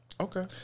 Okay